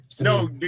No